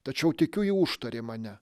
tačiau tikiu ji užtarė mane